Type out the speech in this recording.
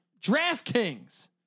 DraftKings